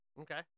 okay